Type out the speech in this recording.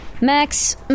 Max